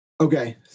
Okay